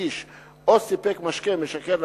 הגיש או סיפק משקה משכר לקטין,